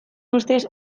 ustez